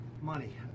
money